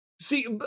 See